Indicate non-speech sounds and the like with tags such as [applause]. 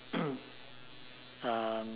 [coughs] um